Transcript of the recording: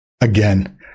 Again